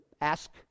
ask